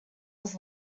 was